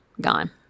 Gone